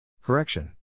Correction